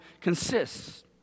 consists